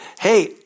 hey